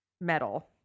metal